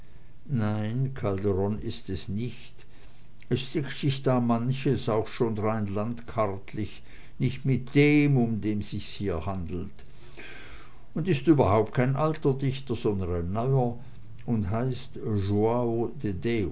nein calderon ist es nicht es deckt sich da manches auch schon rein landkartlich nicht mit dem um den sich's hier handelt und ist überhaupt kein alter dichter sondern ein neuer und heißt